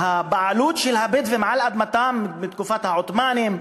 הבעלות של הבדואים על אדמתם היא עוד מתקופת העות'מאנים,